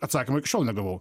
atsakymo iki šiol negavau